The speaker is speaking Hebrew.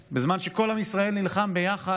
בזמן שכל עם ישראל נלחם ביחד,